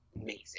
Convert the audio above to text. Amazing